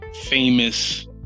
famous